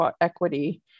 equity